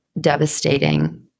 devastating